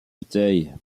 bataille